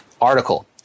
article